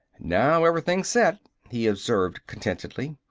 now everything's set, he observed contentedly.